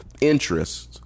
interests